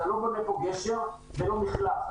אתה לא בונה פה גשר ולא מחלף,